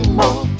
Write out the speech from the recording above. more